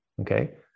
Okay